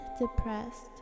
depressed